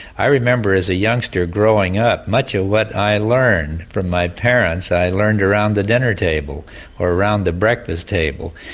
i remember as a youngster growing up, much of ah what i learned from my parents i learned around the dinner table or around the breakfast table.